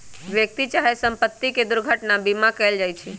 व्यक्ति चाहे संपत्ति के दुर्घटना बीमा कएल जाइ छइ